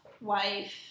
wife